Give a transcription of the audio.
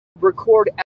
record